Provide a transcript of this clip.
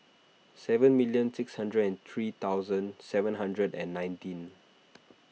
seven million six hundred and three thousand seven hundred and nineteen